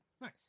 Nice